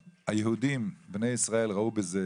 היהודים, בני ישראל, ראו בזה